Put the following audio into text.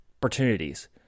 opportunities